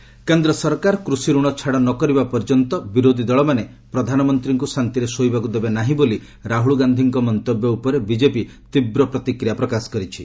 BJP Rahul କେନ୍ଦ୍ର ସରକାର କୃଷି ରଣ ଛାଡ଼ ନକରିବା ପର୍ଯ୍ୟନ୍ତ ବିରୋଧୀ ଦଳମାନେ ପ୍ରଧାନମନ୍ତ୍ରୀଙ୍କୁ ଶାନ୍ତିରେ ଶୋଇବାକୁ ଦେବେ ନାହିଁ ବୋଲି ରାହୁଳ ଗାନ୍ଧିଙ୍କ ମନ୍ତବ୍ୟ ଉପରେ ବିଜେପି ତୀବ୍ର ପ୍ରତିକ୍ରିୟା ପ୍ରକାଶ କରିଛି